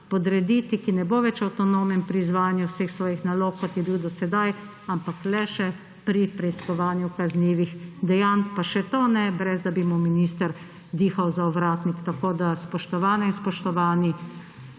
da ne bo več avtonomen pri izvajanju vseh svojih nalog, kot je bil do sedaj, ampak le še pri preiskovanju kaznivih dejanj, pa še to ne da bi mu minister dihal za ovratnik. Spoštovane in spoštovani,